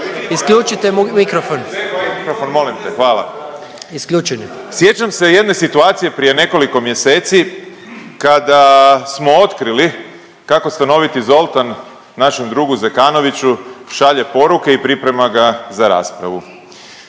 Isključite mu mikrofon. Isključen je. **Grbin, Peđa (SDP)** Sjećam se jedne situacije prije nekoliko mjeseci kada smo otkrili kako stanoviti Zoltan našem drugu Zekanoviću šalje poruke i priprema ga za raspravu.